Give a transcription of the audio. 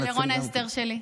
ולרונה אסתר שלי,